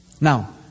Now